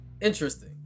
Interesting